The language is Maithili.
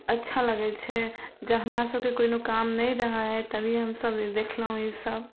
अच्छा लगै छै जब हमरासभकेँ कोनो काम नहि रहै हइ तभी हमसभ देखलहुँ ईसब